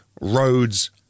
roads